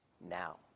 now